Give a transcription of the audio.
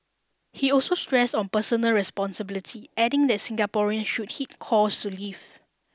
he also stressed on personal responsibility adding that Singaporean should heed calls to leave